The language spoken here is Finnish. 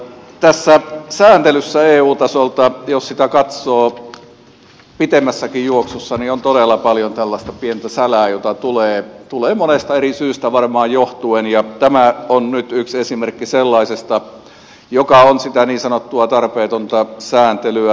tässä sääntelyssä eu tasolta jos sitä katsoo pidemmässäkin juoksussa on todella paljon tällaista pientä sälää jota tulee varmaan monesta eri syystä johtuen ja tämä on nyt yksi esimerkki sellaisesta joka on sitä niin sanottua tarpeetonta sääntelyä